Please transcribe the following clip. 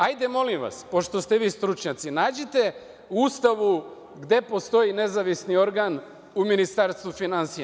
Hajde, molim vas, pošto ste vi stručnjaci, nađite u Ustavu gde postoji nezavisni organ u Ministarstvu finansija.